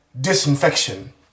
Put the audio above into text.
Disinfection